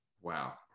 Wow